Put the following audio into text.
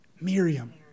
Miriam